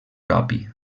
propi